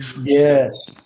Yes